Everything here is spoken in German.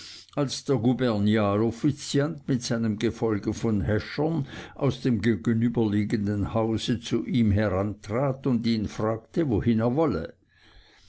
als der gubernial offiziant mit seinem gefolge von häschern aus dem gegenüberliegenden hause zu ihm herantrat und ihn fragte wohin er wolle